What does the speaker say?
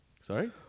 Sorry